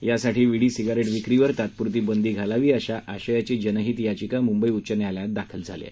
यासाठी विडी सिगारेट विक्रीवर तात्पुरती बंदी घालावी अशा आशयाची जनहित याचिका मुंबई उच्च न्यायालयात दाखल झाली आहे